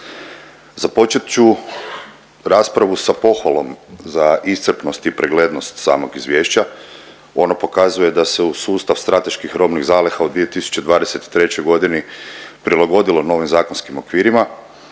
Započet ću raspravu sa pohvalom za iscrpnost i preglednost samog izvješća. Ono pokazuje da se u sustav strateških robnih zaliha u 2023. godini prilagodilo novim zakonskim okvirima.